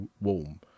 warm